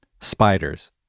spiders